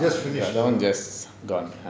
ya that [one] just gone